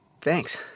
Thanks